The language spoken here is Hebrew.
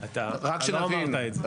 אתה לא אמרת את זה.